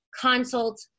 consult